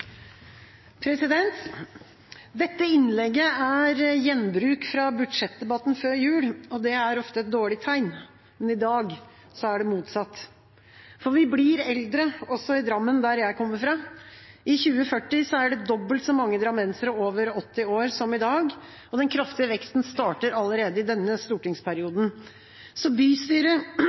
Dette innlegget er gjenbruk fra budsjettdebatten før jul. Det er ofte et dårlig tegn, men i dag er det motsatt. Vi blir eldre også i Drammen, der jeg kommer fra. I 2040 er det dobbelt så mange drammensere over 80 år som i dag, og den kraftige veksten starter allerede i denne stortingsperioden.